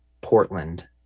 Portland